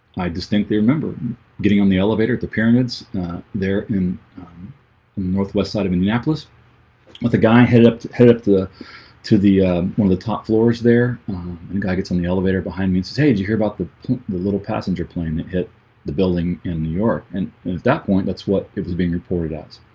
i distinctly remember getting on the elevator at the pyramids there in northwest side of indianapolis with a guy head up to head up the to the one of the top floors there and guy gets on the elevator behind me to say did you hear about the little passenger plane that hit the building in new york and that point that's what it was being reported as